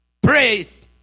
praise